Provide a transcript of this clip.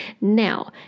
Now